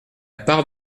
part